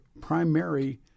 primary